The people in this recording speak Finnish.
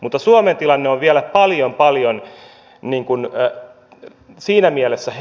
mutta suomen tilanne on vielä paljon paljon helpompi kuin ruotsin siinä mielessä